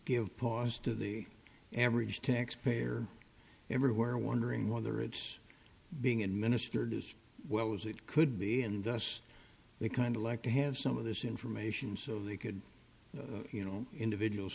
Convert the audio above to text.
give pause to the average taxpayer everywhere wondering whether it's being administered as well as it could be and thus they kind of like to have some of this information so they could you know individual